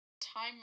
time